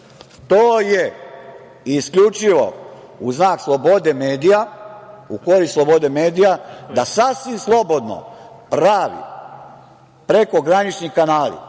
je isključivo u znak slobode medija, u korist slobode medija da sasvim slobodno pravi prekogranični kanali